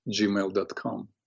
gmail.com